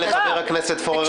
לחבר הכנסת פורר